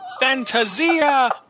Fantasia